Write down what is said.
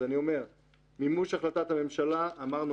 מימוש החלטת הממשלה אמרנו,